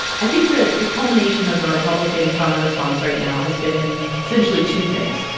i think the the culmination of the republican counterresponse right now has been essentially two things.